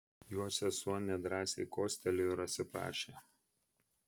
jo sesuo nedrąsai kostelėjo ir atsiprašė